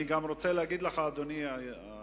אני גם רוצה להגיד לך, אדוני השר,